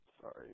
Sorry